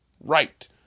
right